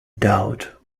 doubt